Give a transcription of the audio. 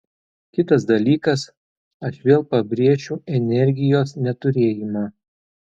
kitas dalykas aš vėl pabrėšiu energijos neturėjimą